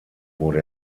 wurde